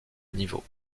niveau